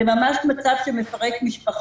זה מצב שממש מפרק משפחות,